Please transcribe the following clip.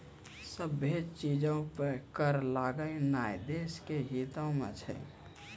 सभ्भे चीजो पे कर लगैनाय देश के हितो मे छै